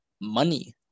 Money